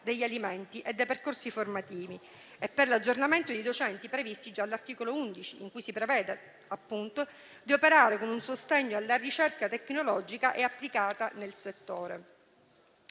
degli alimenti, per i percorsi formativi e per l'aggiornamento di docenti, previsto già all'articolo 11, in cui si prevede, di operare con un sostegno alla ricerca tecnologica applicata nel settore.